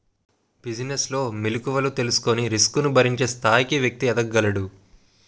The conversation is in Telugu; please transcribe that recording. బిజినెస్ లో మెలుకువలు తెలుసుకొని రిస్క్ ను భరించే స్థాయికి వ్యక్తి ఎదగగలడు